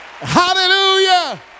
Hallelujah